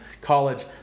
college